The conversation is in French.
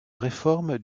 réformes